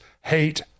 hate